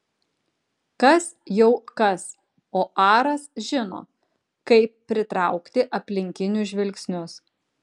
kas jau kas o aras žino kaip pritraukti aplinkinių žvilgsnius